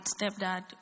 stepdad